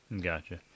Gotcha